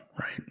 right